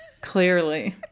Clearly